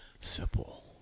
Simple